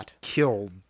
killed